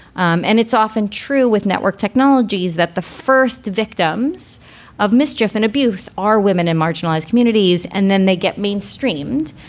um and it's often true with network technologies that the first victims of mischief and abuse are women in marginalized communities. and then they get mainstreamed.